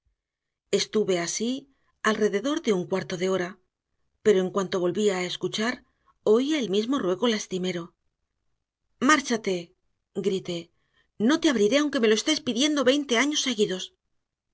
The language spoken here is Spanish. estuve así alrededor de un cuarto de hora pero en cuanto volvía a escuchar oía el mismo ruego lastimero márchate grité no te abriré aunque me lo estés pidiendo veinte años seguidos